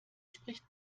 spricht